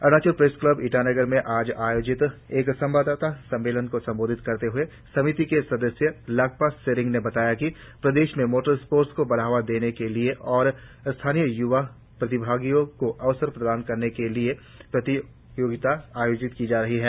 Arunachal press club Itanagar में आज संवाददाताओं को संबोधित करते हए आयोजन समिति के सदस्य लाकपा सेरिंग ने बताया कि प्रदेश में मोटर स्पोर्ट्स को बढ़ावा देने के लिए और स्थानीय य्वा प्रतियोगियों को अवसर प्रदान करने के लिए यह प्रतियोगिता की जा रही है